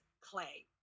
clay